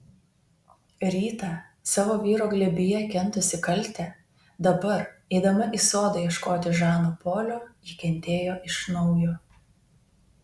rytą savo vyro glėbyje kentusi kaltę dabar eidama į sodą ieškoti žano polio ji kentėjo iš naujo